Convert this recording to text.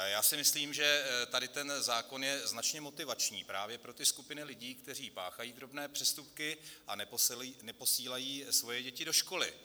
Já si myslím, že tady ten zákon je značně motivační právě pro ty skupiny lidí, kteří páchají drobné přestupky a neposílají svoje děti do školy.